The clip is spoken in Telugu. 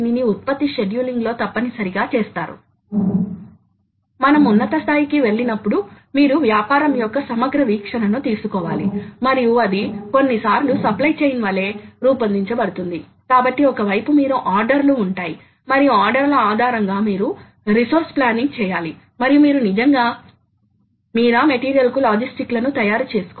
స్పిండిల్ డ్రైవ్ లో వేగవంతమైన డైనమిక్ స్పందన మరియు చాలా విస్తృత వేగం కలిగి ఉండాలి మరోవైపు ఈ డ్రైవ్ లు చాలా చాలా విస్తృత వేగ పరిధి లో పనిచేయగలవు కాబట్టి కొన్ని పదార్థాల కోసం అవి చాలా నెమ్మదిగా కదలగలవు కొన్ని పదార్థాల కోసం నిజంగా వేగంగా కదలగలవు